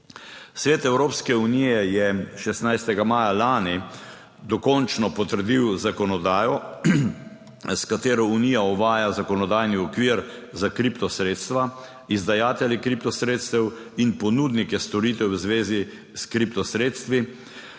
Svet Evropske unije je 16. maja lani dokončno potrdil zakonodajo, s katero Unija uvaja zakonodajni okvir za kriptosredstva, izdajatelje kriptosredstev in ponudnike storitev v zvezi s kriptosredstvi.